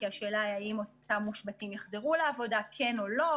כי השאלה אם אותם מושבתים יחזרו לעבודה כן או לא,